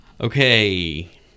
Okay